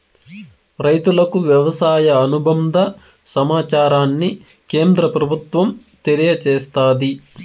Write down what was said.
రైతులకు వ్యవసాయ అనుబంద సమాచారాన్ని కేంద్ర ప్రభుత్వం తెలియచేస్తాది